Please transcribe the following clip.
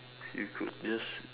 you could just